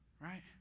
right